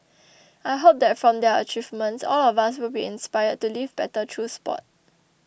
I hope that from their achievements all of us will be inspired to live better through sport